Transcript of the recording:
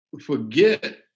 forget